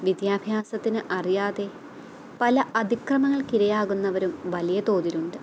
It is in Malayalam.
വിദ്യാഭ്യാസത്തിന് അറിയാതെ പല അധിക്രമങ്ങൾക്കിരയാകുന്നവരും വലിയ തോതിലുണ്ട്